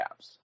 apps